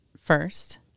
first